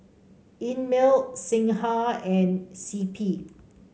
Einmilk Singha and C P